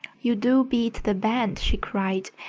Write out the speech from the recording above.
you do beat the band! she cried.